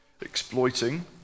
exploiting